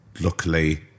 luckily